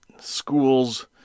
schools